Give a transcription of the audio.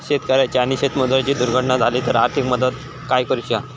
शेतकऱ्याची आणि शेतमजुराची दुर्घटना झाली तर आर्थिक मदत काय करूची हा?